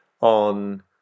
on